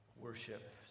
worship